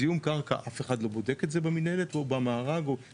זיהום קרקע אף אחד לא בודק את זה במינהלת או מי שעושה